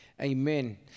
amen